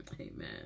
Amen